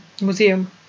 museum